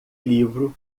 livro